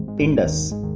indus